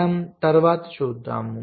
మనం తరువాత చూద్దాం